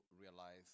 realize